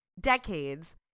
decades